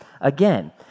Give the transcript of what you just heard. again